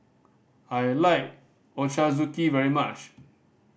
I like Ochazuke very much